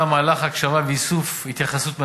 מהלך הקשבה ואיסוף התייחסויות מהציבור,